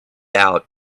out